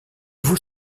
vous